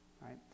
right